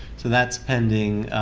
so that's pending.